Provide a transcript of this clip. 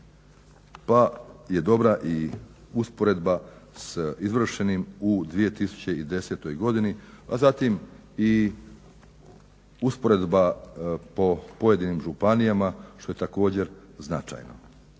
Pa je dobra i usporedba s izvršenim u 2010. godini, a zatim i usporedba po pojedinim županijama što je također značajno.